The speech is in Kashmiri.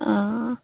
آ